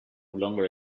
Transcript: longer